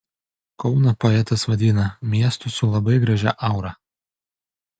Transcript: kauną poetas vadina miestu su labai gražia aura